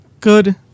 good